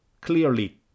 Clearly